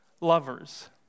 lovers